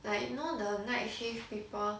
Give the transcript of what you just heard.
like you know the night shift people